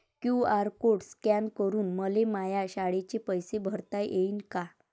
QR code scan करून मले माया शाळेचे पैसे भरता येईन का?